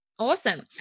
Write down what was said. Awesome